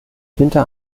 hinter